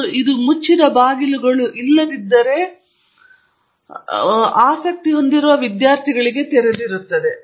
ಮತ್ತು ಇದು ಮುಚ್ಚಿದ ಬಾಗಿಲುಗಳಿಲ್ಲದಿದ್ದರೆ ಅದು ಎಲ್ಲ ಆಸಕ್ತಿ ಹೊಂದಿರುವ ವಿದ್ಯಾರ್ಥಿಗಳು ಗೆ ತೆರೆದಿರುತ್ತದೆ